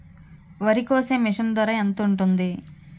వరి కోసే మిషన్ ధర ఎంత ఉంటుంది?